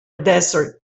desert